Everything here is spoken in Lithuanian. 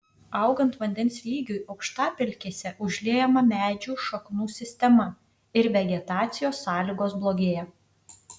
augant vandens lygiui aukštapelkėse užliejama medžių šaknų sistema ir vegetacijos sąlygos blogėja